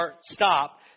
stop